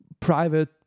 private